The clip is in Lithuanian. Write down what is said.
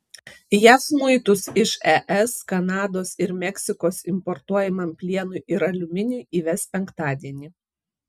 jav muitus iš es kanados ir meksikos importuojamam plienui ir aliuminiui įves penktadienį